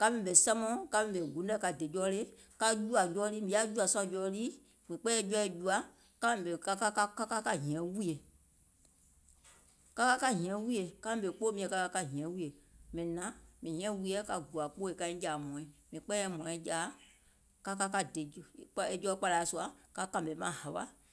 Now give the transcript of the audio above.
ka ɓèmè sɛmɛ̀ùŋ, ka ɓèmè guuŋ nɛ̀ ka dè jɔɔlèe ka jùȧ jɔɔ lii, mìŋ yaȧ jùȧ sùȧ jɔɔ lii, mìŋ kpɛɛyɛ̀ jɔɔɛ̀ jùa, ka ka ka hìɛ̀ŋ wùìyè, ka ka ka hìɛ̀ŋ wùìyè ka ɓèmè kpoò miɛ̀ŋ ka hìɛ̀ŋ wùìyè, mìŋ hiȧŋ wùìyèɛ ka gùȧ kpoòɛ kaiŋ jȧȧ hmɔ̀ɔ̀iŋ, mìŋ kpɛɛyɛ̀iŋ hmɔ̀ɔ̀iŋ jȧa ka ka ka dè e jɔɔkpàlaȧ sùȧ ka kȧmè maŋ hȧwa,